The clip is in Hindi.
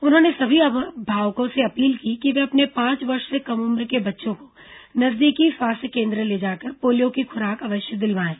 उन्होंने सभी अभिभावकों से अपील की कि वे अपने पांच वर्ष से कम उम्र के बच्चों को नजदीकी स्वास्थ्य केन्द्र ले जाकर पोलियो की खुराक अवश्य दिलवाएं